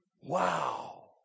Wow